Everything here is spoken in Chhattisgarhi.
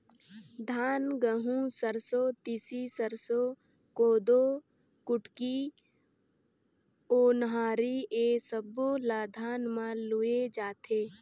धान, गहूँ, सरसो, तिसी, सरसो, कोदो, कुटकी, ओन्हारी ए सब्बो ल धान म लूए जाथे